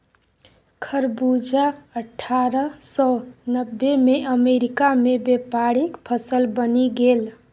खरबूजा अट्ठारह सौ नब्बेमे अमेरिकामे व्यापारिक फसल बनि गेल